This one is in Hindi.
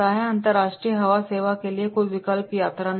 अंतर्राष्ट्रीय हवा सेवा के लिए कोई विकल्प यात्रा नहीं है